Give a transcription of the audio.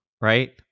right